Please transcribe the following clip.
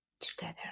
together